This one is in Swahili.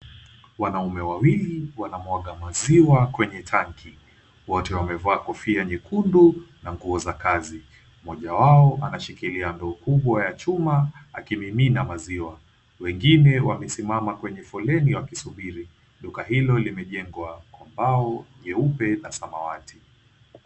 Wanaume wawili wanamwaga maziwa kwenye tanki. Wote wamevaa kofia nyekundu na nguo za kazi. Mmoja wao ameshikilia ndoo kubwa ya chuma akimimina maziwa. Wengine wamesimama kwenye foleni wakisubiri. Duka hilo limejengwa kwa mbao nyeupe na samawati.